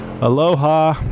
Aloha